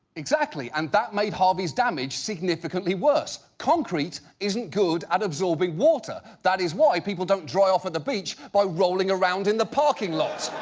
exactly, and that made harvey's damage significantly worse. concrete isn't good at absorbing water. that is why people don't dry off at the beach by rolling around in the parking lot.